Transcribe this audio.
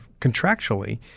contractually